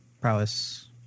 prowess